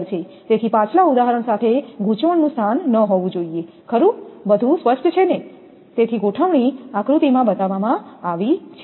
તેથી પાછલા ઉદાહરણ સાથે ગુંચવણનું સ્થાન ન હોવું જોઈએ ખરું બધું સ્પષ્ટ છે ને તેથી ગોઠવણી આકૃતિમાં બતાવવામાં આવી છે